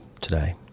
today